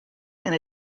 and